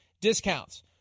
discounts